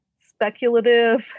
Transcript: speculative